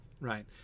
right